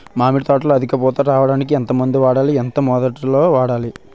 మామిడి తోటలో అధిక పూత రావడానికి ఎంత మందు వాడాలి? ఎంత మోతాదు లో వాడాలి?